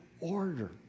order